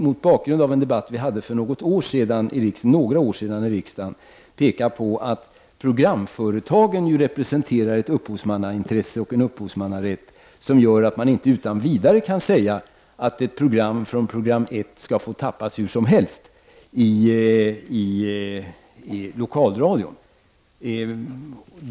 Mot bakgrund av en debatt som vi hade för några år sedan i riksdagen ville jag peka på att programföretagen representerar ett upphovsmannaintresse och en upphovsmannarätt som gör att man inte utan vidare kan säga att ett program från t.ex. program 1 skall få tappas hur som helst i lokalradion.